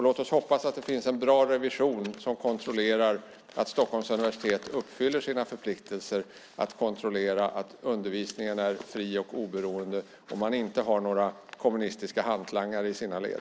Låt oss hoppas att det finns en bra revision som kontrollerar att Stockholms universitet uppfyller sina förpliktelser att kontrollera att undervisningen är fri och oberoende och att man inte har några kommunistiska hantlangare i sina led.